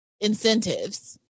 incentives